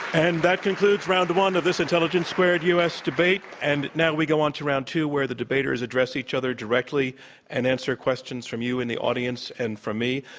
and that concludes round one of this intelligence squared u. s. debate. and now we go on to round two, where the debaters address each other directly and answer questions from you in the audience and from me.